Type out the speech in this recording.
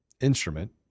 instrument